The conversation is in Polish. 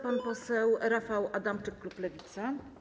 Pan poseł Rafał Adamczyk, klub Lewica.